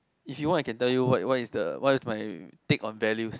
if you want I can tell you what what is the what is my take on values